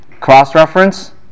cross-reference